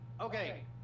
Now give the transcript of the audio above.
Okay